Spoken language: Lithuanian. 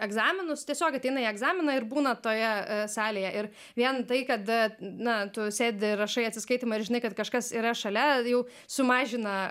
egzaminus tiesiog ateina į egzaminą ir būna toje salėje ir vien tai kad na tu sėdi ir rašai atsiskaitymą ir žinai kad kažkas yra šalia jau sumažina